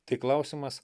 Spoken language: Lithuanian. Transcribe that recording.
tai klausimas